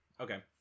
Okay